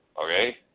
okay